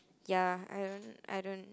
ya I don't I don't